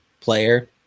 player